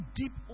deep